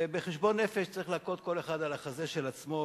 ובחשבון נפש צריך להכות כל אחד על החזה של עצמו,